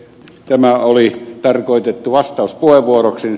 tämä oli tarkoitettu vastauspuheenvuoroksi